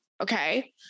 Okay